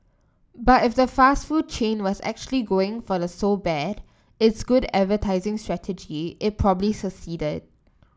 but if the fast food chain was actually going for the so bad it's good advertising strategy it probably succeeded